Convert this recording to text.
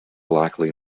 likely